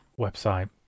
website